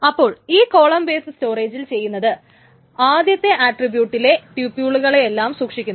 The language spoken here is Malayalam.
അപ്പോൾ ഈ കോളം ബെയ്സ്ഡ് സ്റ്റോറേജിൽ ചെയ്യുന്നത് ആദ്യത്തെ ആട്രിബ്യൂടിലെ ട്യൂപ്യൂളുകളെയെല്ലാം സൂക്ഷിക്കുന്നു